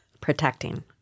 protecting